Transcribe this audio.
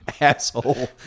Asshole